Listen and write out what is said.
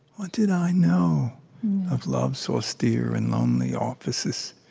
what did i know of love's austere and lonely offices?